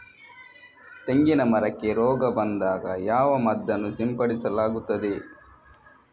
ತೆಂಗಿನ ಮರಕ್ಕೆ ರೋಗ ಬಂದಾಗ ಯಾವ ಮದ್ದನ್ನು ಸಿಂಪಡಿಸಲಾಗುತ್ತದೆ?